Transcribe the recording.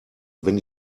wenn